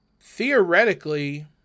Theoretically